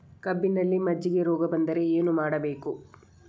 ಕಬ್ಬಿನಲ್ಲಿ ಮಜ್ಜಿಗೆ ರೋಗ ಬಂದರೆ ಏನು ಮಾಡಬೇಕು?